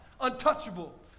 untouchable